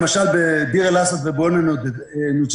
למשל בדיר אל אסד ובעינה שהמוקד